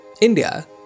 India